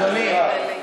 אדוני,